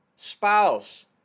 Spouse